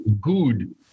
good